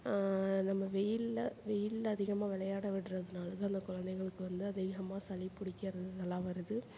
நம்ம வெயிலில் வெயிலில் அதிகமாக விளையாட விடுறதுனால தான் அந்த குழந்தைங்களுக்கு வந்து அதிகமாக சளி பிடிக்கிறது இதெல்லாம் வருது